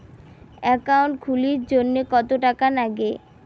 Account খুলির জন্যে কত টাকা নাগে?